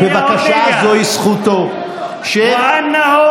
אני עכשיו רוצה להבהיר: קודם כול,